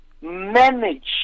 manage